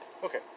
Okay